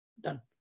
done